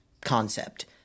concept